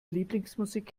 lieblingsmusik